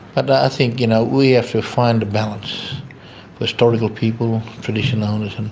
and i think you know we have to find a balance for historical people, traditional owners, and